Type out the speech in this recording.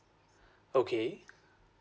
okay